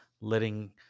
letting